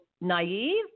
naive